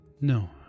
no